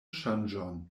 ŝanĝon